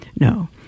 no